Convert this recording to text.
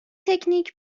تکنیک